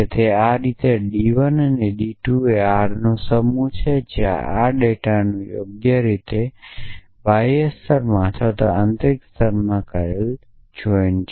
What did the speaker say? તે આ જ રીતે d1 d2 dR નો સમૂહ છે જ્યાં આ ડેટાનું યોગ્ય રીતે આંતરિક સ્તર માં કરાયેલા જોઇન્ટ છે